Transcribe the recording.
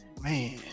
man